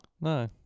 No